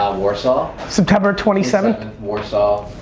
warsaw. september twenty seventh. warsaw,